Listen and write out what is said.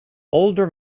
older